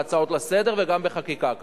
בהצעות לסדר וגם בחקיקה כאן,